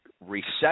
recession